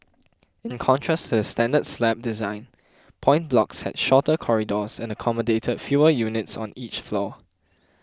in contrast to the standard slab design point blocks had shorter corridors and accommodated fewer units on each floor